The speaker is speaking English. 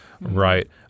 Right